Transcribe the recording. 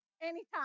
anytime